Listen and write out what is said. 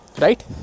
right